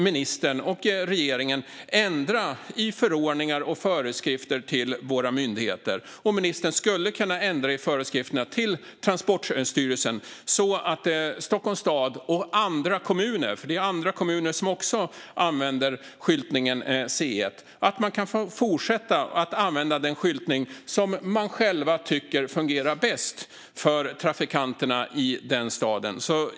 Ministern och regeringen kan ju ändra i förordningar och föreskrifter till våra myndigheter, så ministern skulle alltså kunna ändra i föreskrifterna till Transportstyrelsen så att Stockholms stad och andra kommuner som använder skyltningen C1 kan fortsätta att använda den skyltning som de själva tycker fungerar bäst för trafikanterna i den staden.